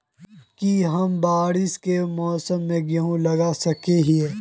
की हम बारिश के मौसम में गेंहू लगा सके हिए?